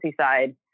side